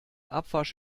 abwasch